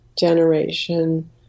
generation